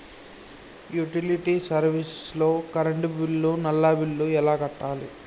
Utility service లో current bill, నల్లా bill ఎలా కట్టాలి?